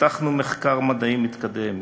פיתחנו מחקר מדעי מתקדם,